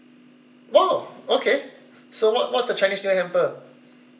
!wow! okay so what what's the chinese new year hamper